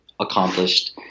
accomplished